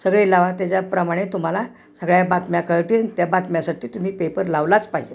सगळे लावा त्याच्याप्रमाणे तुम्हाला सगळ्या बातम्या कळतील त्या बातम्यासाठी तुम्ही पेपर लावलाच पाहिजे